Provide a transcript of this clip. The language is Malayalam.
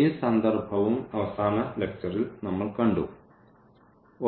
ഈ സന്ദർഭവും അവസാന ലെക്ച്ചറിൽ നമ്മൾ കണ്ടു